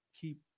keep